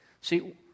See